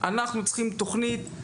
אנחנו צריכים תוכנית,